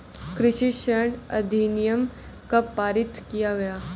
कृषि ऋण अधिनियम कब पारित किया गया?